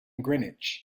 greenwich